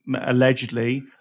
allegedly